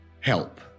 help